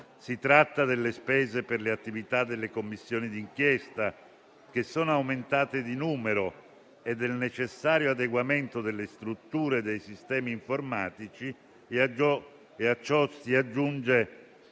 Si tratta delle spese per le attività delle Commissioni di inchiesta, che sono aumentate di numero, e del necessario adeguamento delle strutture dei sistemi informatici. A ciò si aggiunge